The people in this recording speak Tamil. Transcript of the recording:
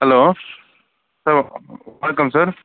ஹலோ சார் வணக்கம் சார்